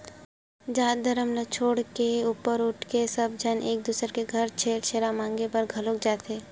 जात धरम ल छोड़ के ऊपर उठके सब झन एक दूसर घर छेरछेरा मागे बर घलोक जाथे